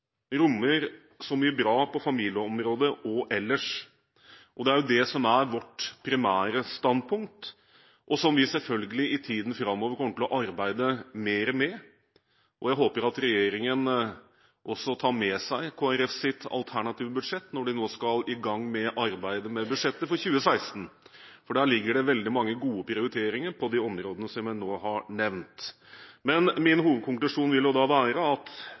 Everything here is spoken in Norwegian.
rommer så mye bra på familieområdet og ellers. Det er jo det som er vårt primære standpunkt, og som vi selvfølgelig i tiden framover kommer til å arbeide mer med. Jeg håper at regjeringen også tar med seg Kristelig Folkepartis alternative budsjett når de nå skal i gang med arbeidet med budsjettet for 2016, for der ligger det veldig mange gode prioriteringer på de områdene som jeg nå har nevnt. Min hovedkonklusjon vil være at